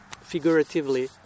figuratively